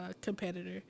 competitor